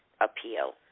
appeal